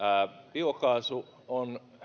biokaasu on